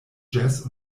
jazz